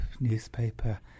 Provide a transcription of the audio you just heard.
newspaper